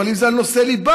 אבל אם זה על נושאי ליבה.